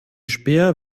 späher